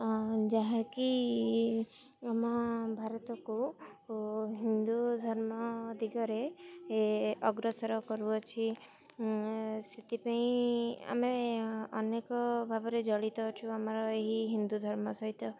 ଯାହାକି ଆମ ଭାରତକୁ ହିନ୍ଦୁ ଧର୍ମ ଦିଗରେ ଅଗ୍ରସର କରୁଅଛି ସେଥିପାଇଁ ଆମେ ଅନେକ ଭାବରେ ଜଳିତ ଅଛୁ ଆମର ଏହି ହିନ୍ଦୁ ଧର୍ମ ସହିତ